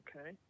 Okay